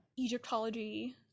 egyptology